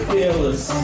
Fearless